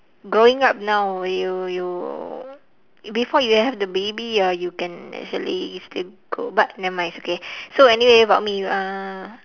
growing up now you you before you have the baby ah you can actually still go but never mind it's okay so anyway about me uh